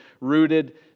Rooted